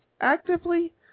Actively